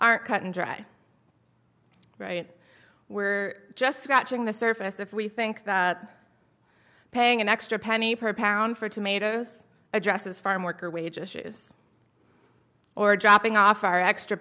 are cut and dry right we're just scratching the surface if we think that paying an extra penny per pound for tomatoes addresses farm worker wages shoes or dropping off our extra